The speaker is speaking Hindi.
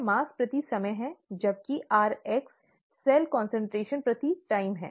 यह मॉस प्रति समय है जबकि rx सेल कंसंट्रेशन प्रति समय है